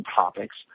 topics